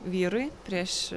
vyrui prieš